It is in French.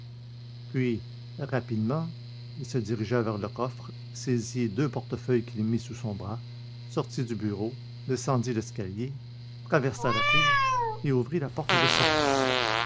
puis rapidement il se dirigea vers le coffre saisit deux portefeuilles qu'il mit sous son bras sortit du bureau descendit l'escalier traversa la cour et ouvrit la porte de service